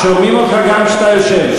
שומעים אותך גם כשאתה יושב.